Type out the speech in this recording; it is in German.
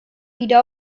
wieder